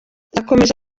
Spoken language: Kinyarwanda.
yakomeje